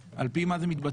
על פי מה זה מתבצע,